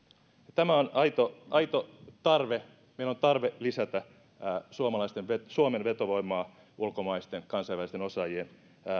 tämä on aito aito tarve meillä on tarve lisätä suomen vetovoimaa ulkomaisten kansainvälisten osaajien